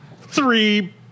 three